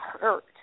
hurt